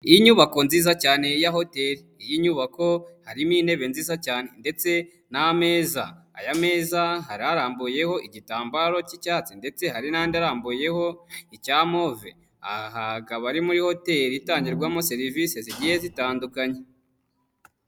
Iyi nyubako nziza cyane ya hoteli iyi nyubako harimo intebe nziza cyane, ndetse n'ameza aya meza hari harambuyeho igitambaro k'icyatsi ndetse hari n'andi arambuyeho icya move aha hakaba ari muri hoteli itangirwamo serivisi zigiye zitandukanye.